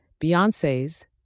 Beyoncé's